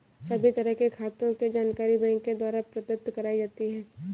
सभी तरह के खातों के जानकारी बैंक के द्वारा प्रदत्त कराई जाती है